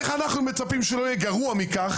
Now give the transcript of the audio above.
איך אנחנו מצפים שלא יהיה גרוע מכך,